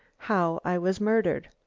how i was murdered.